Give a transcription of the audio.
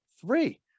Three